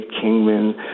Kingman